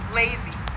lazy